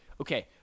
Okay